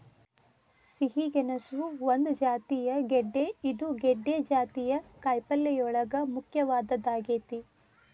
ಸಿಹಿ ಗೆಣಸು ಒಂದ ಜಾತಿಯ ಗೆಡ್ದೆ ಇದು ಗೆಡ್ದೆ ಜಾತಿಯ ಕಾಯಪಲ್ಲೆಯೋಳಗ ಮುಖ್ಯವಾದದ್ದ ಆಗೇತಿ